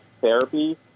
therapy